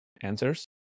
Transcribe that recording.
answers